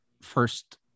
first